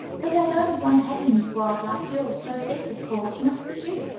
but there's only one head in this world like yours, so this, of course, must be you.